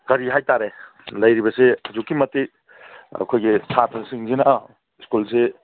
ꯀꯔꯤ ꯍꯥꯏꯇꯥꯔꯦ ꯂꯩꯔꯤꯕꯁꯦ ꯑꯗꯨꯛꯀꯤ ꯃꯇꯤꯛ ꯑꯩꯈꯣꯏꯒꯤ ꯁꯥꯠꯇ꯭ꯔꯁꯤꯡꯁꯤꯅ ꯁ꯭ꯀꯨꯜꯁꯤ